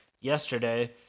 yesterday